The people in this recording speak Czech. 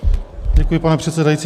Děkuji, pane předsedající.